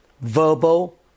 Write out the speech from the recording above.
verbal